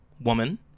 woman